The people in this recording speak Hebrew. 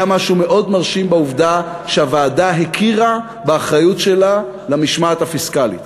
היה משהו מאוד מרשים בעובדה שהוועדה הכירה באחריות שלה למשמעת הפיסקלית.